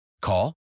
Call